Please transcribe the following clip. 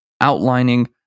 outlining